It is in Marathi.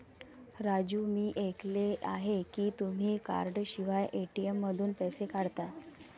राजू मी ऐकले आहे की तुम्ही कार्डशिवाय ए.टी.एम मधून पैसे काढता